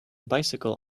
bicycle